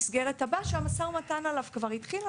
בהסכם המסגרת הבא שהמשא ומתן עליו כבר התחיל,